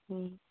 ᱦᱩᱸ